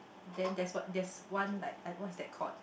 then there's what there's one like I what is that called